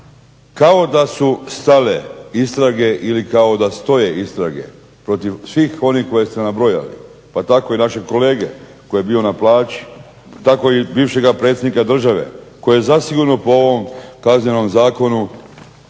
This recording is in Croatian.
kao da su stale istrage ili kao da stoje istrage protiv svih onih koje ste nabrojali pa tako i našeg kolege koji je bio na plaći, tako i bivšega predsjednika države koji je zasigurno po ovom Kaznenom zakonu